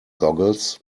googles